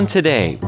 Today